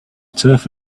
turf